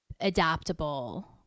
adaptable